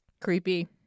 Creepy